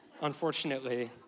unfortunately